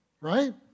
Right